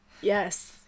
Yes